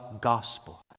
gospel